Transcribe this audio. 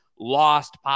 Lost